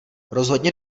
rozhodně